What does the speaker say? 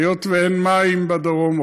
היות שאין מים בדרום,